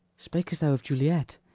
spakest thou of juliet?